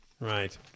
Right